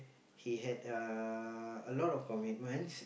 he had uh a lot of commitments